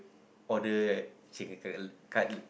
order like signature cutlet